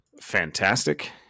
fantastic